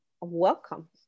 welcome